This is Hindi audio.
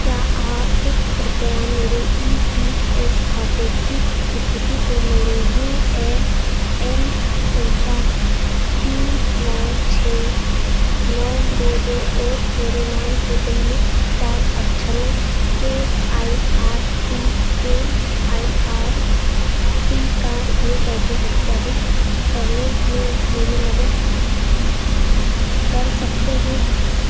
क्या आप कृपया मेरे ई पी एफ खाते की इस्थिति को मेरे यू ए एन सँख्या तीन नौ छह नौ दो दो और मेरे नाम के पहले चार अक्षरों के आइ आर टी के आइ आर टी का उपयोग करके सत्यापित करने में मेरी मदद कर सकते हैं